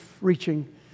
reaching